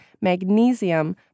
magnesium